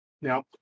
Now